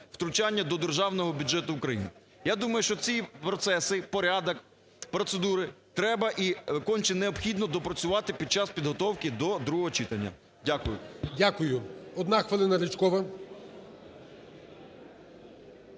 втручання до Державного бюджету України. Я думаю, що ці процеси, порядок процедури треба і конче необхідно допрацювати під час підготовки до другого читання. Дякую. ГОЛОВУЮЧИЙ. Дякую. Одна хвилина, Ричкова.